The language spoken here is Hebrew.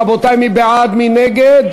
רבותי, מי בעד ומי נגד?